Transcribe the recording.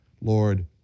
Lord